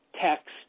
text